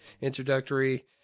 introductory